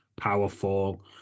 powerful